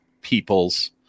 People's